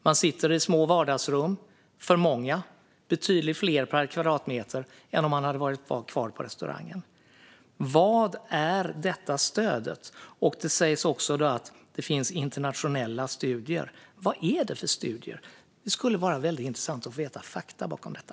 Man sitter i små vardagsrum där man är för många - betydligt fler personer per kvadratmeter än om man hade varit kvar på restaurangen. Här hävdas det också att det finns internationella studier. Vad är det för studier? Det skulle vara väldigt intressant att få veta fakta bakom detta.